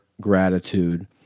gratitude